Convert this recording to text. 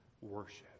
worship